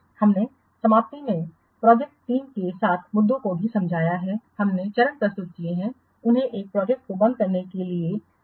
हमने समाप्ति में प्रोजेक्ट टीम के साथ मुद्दों को भी समझाया है हमने चरण प्रस्तुत किए हैं उन्हें एक प्रोजेक्ट को बंद करने के लिए किया जाना है